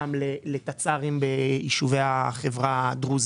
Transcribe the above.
גם לתצ"רים ביישובי החברה הדרוזית.